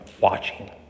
watching